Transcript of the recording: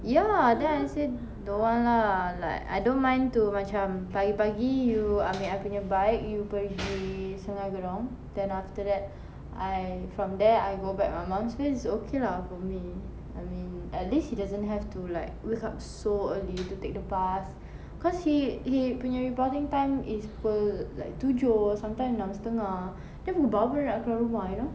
ya then I say don't want lah like I don't mind to macam pagi-pagi you ambil I punya bike you pergi sungei gedong then after that I from there I go back my mum's place is okay lah for me I mean at least he doesn't have to like wake up so early to take the bus cause he he punya reporting time is pukul like tujuh sometime enam setengah then pukul berapa nak keluar rumah you know